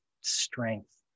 strength